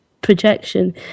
projection